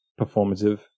performative